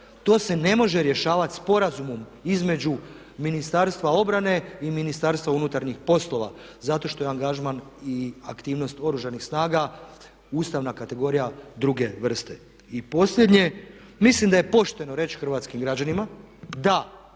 To se ne može rješavati sporazumom između Ministarstva obrane i Ministarstva unutarnjih poslova zato što je angažman i aktivnost Oružanih snaga ustavna kategorija druge vrste. I posljednje, mislim da je pošteno reći hrvatskim građanima da